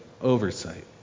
oversight